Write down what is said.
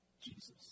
Jesus